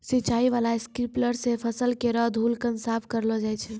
सिंचाई बाला स्प्रिंकलर सें फसल केरो धूलकण साफ करलो जाय छै